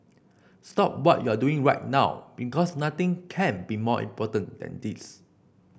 stop what you're doing right now because nothing can be more important than this